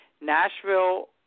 Nashville –